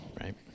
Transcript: right